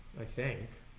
i think